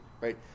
right